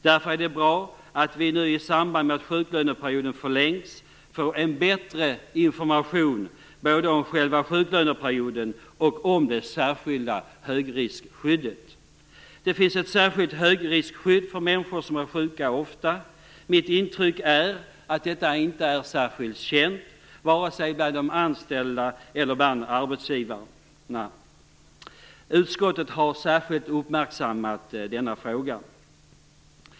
Därför är det bra att vi nu, i samband med att sjuklöneperioden förlängs, får bättre information både om själva sjuklöneperioden och om det särskilda högriskskyddet. Det finns ett särskilt högriskskydd för människor som är sjuka ofta. Mitt intryck är att detta inte är särskilt känt vare sig bland de anställda eller bland arbetsgivarna. Utskottet har särskilt uppmärksammat denna fråga.